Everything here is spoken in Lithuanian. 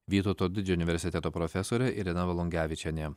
vytauto didžiojo universiteto profesorė irena valungevičienė